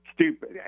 stupid